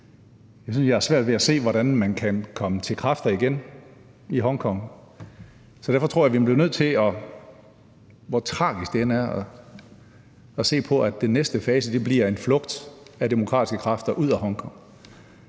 Jeg synes, jeg har svært ved at se, hvordan man kan komme til kræfter igen i Hongkong, så derfor tror jeg, hvor tragisk det end er, at vi er nødt til at se på, at den næste fase bliver en flugt af demokratiske kræfter ud af Hongkong.